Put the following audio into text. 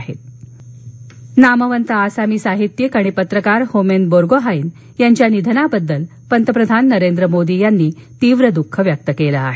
होमेन बोरगोहाईन नामवंत आसामी साहित्यिक आणि पत्रकार होमेन बोरगोहाईन यांच्या निधनाबद्दल पंतप्रधान नरेंद्र मोदी यांनी दुःख व्यक्त केलं आहे